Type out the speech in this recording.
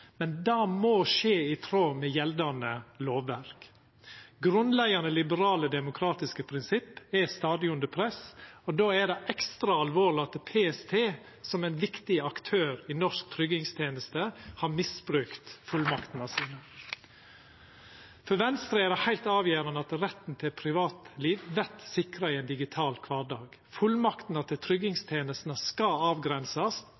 Men det må skje i tråd med gjeldande lovverk. Grunnleggjande liberale, demokratiske prinsipp er stadig under press, og då er det ekstra alvorleg at PST som ein viktig aktør i norsk tryggingsteneste har misbrukt fullmaktene sine. For Venstre er det heilt avgjerande at retten til privatliv vert sikra i ein digital kvardag. Fullmaktene til tryggingstenestene skal avgrensast,